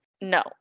no